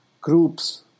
groups